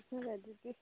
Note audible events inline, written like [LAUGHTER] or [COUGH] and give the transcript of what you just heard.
[UNINTELLIGIBLE]